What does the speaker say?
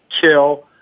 kill